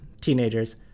teenagers